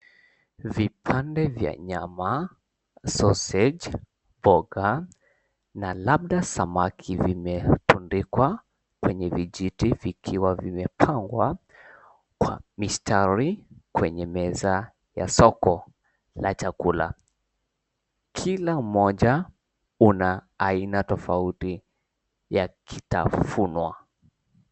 Vipande vya nyama, sausage , mboga na labda samaki vimetundikwa kwenye vijiti vikiwa vimepangwa kwa mistari kwenye meza ya soko la chakula. Kila moja una aina tofauti ya kitafunwa.